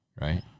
Right